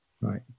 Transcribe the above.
Right